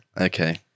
Okay